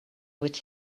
with